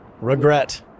Regret